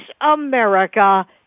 America